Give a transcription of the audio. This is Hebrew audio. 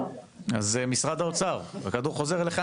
אז משרד האוצר, הכדור חוזר אליכם.